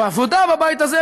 או העבודה בבית הזה,